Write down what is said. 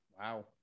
Wow